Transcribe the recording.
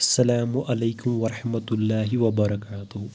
السلام علیکُم ورحمتہ اللہ وبرکاتُہ